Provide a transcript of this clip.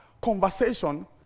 conversation